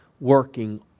working